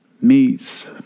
meats